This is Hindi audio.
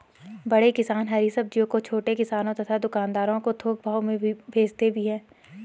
बड़े किसान हरी सब्जियों को छोटे किसानों तथा दुकानदारों को थोक भाव में भेजते भी हैं